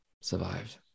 survived